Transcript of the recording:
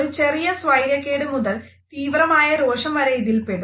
ഒരു ചെറിയ സ്വൈര്യക്കേട് മുതൽ തീവ്രമായ രോഷം വരെ ഇതിൽ പെടും